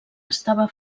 estava